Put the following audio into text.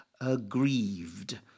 aggrieved